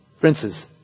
Princes